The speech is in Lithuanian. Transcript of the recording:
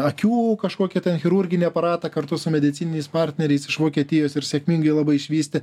akių kažkokį chirurginį aparatą kartu su medicininiais partneriais iš vokietijos ir sėkmingai labai išvystė